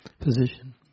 position